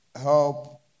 help